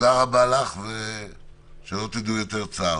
תודה רבה לך, שלא תדעו עוד צער.